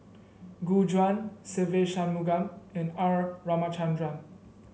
Gu Juan Se Ve Shanmugam and R Ramachandran